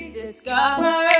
discover